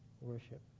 worship